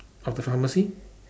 of the pharmacy